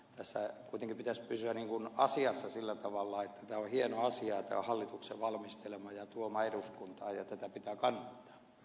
tässä kuitenkin pitäisi pysyä asiassa sillä tavalla että tämä on hieno asia ja tämä on hallituksen valmistelema ja eduskuntaan tuoma ja tätä pitää kannattaa